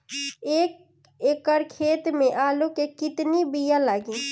एक एकड़ खेती में आलू के कितनी विया लागी?